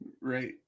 right